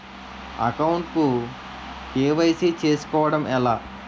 Account కు KYC చేసుకోవడం ఎలా?